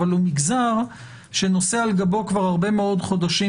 אבל הוא מגזר שנושא על גבו כבר הרבה מאוד חודשים